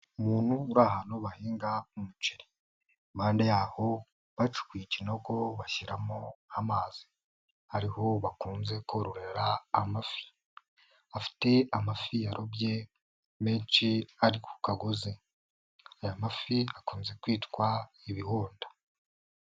Umuntu uri ahantu bahinga umuceri, impande yaho bacukuye ikinogo bashyiramo amazi, hariho bakunze kororera amafi, afite amafi yarobye menshi ari ku kagozi, aya mafi akunze kwitwa ibihuta.